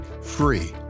free